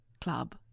club